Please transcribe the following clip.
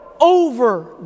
over